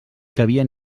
cabia